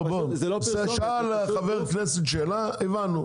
שאל חבר הכנסת שאלה, הבנו.